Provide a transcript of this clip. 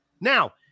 Now